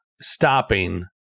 stopping